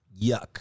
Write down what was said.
yuck